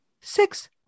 six